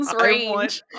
range